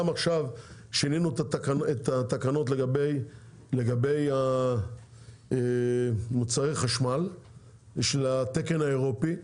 גם עכשיו שינינו את התקנות לגבי מוצרי החשמל של התקן האירופי,